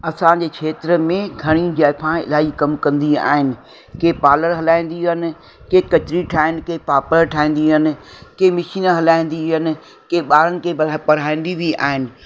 असांजे खेत्र में घणी ज़ाइफ़ा इलाही कमु कंदी आहिनि केर पार्लर हलाईंदी आहिनि के कचरी ठाहिनि केर पापड़ ठाहींदियूं आहिनि केर मशीन हलाईंदी आहिनि केर ॿारनि खे पढ़ पढ़ाईंदी बि आहिनि